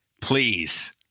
Please